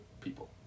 people